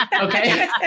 Okay